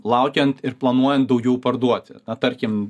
laukiant ir planuojant daugiau parduoti tarkim